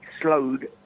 slowed